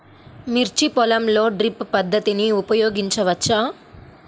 మిర్చి పొలంలో డ్రిప్ పద్ధతిని ఉపయోగించవచ్చా?